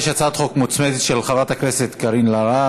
יש הצעת חוק מוצמדת של חברת הכנסת קארין אלהרר.